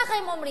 ככה הם אומרים: